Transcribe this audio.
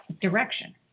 direction